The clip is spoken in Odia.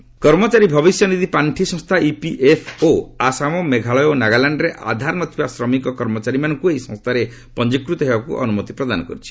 ଇପିଏଫ୍ଓ ଆଧାର କର୍ମଚାରୀ ଭବିଷ୍ୟନିଧି ପାଖି ସଂସ୍ଥା ଇପିଏଫ୍ଓ ଆସାମ୍ ମେଘାଳୟ ଏବଂ ନାଗାଲାଣ୍ଡରେ ଆଧାର ନଥିବା ଶ୍ରମିକ କର୍ମଚାରୀମାନଙ୍କୁ ଏହି ସଂସ୍ଥାରେ ପଞ୍ଜିକୃତ ହେବାକୁ ଅନୁମତି ପ୍ରଦାନ କରିଛି